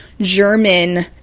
german